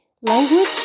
language